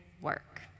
work